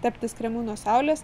teptis kremu nuo saulės